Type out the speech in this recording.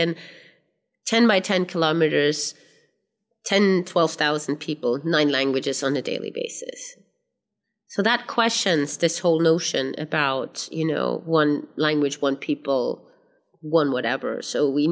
and ten by ten kilometers ten twelve zero people nine languages on a daily basis so that questions this whole notion about you know one language one people one whatever so we